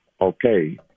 okay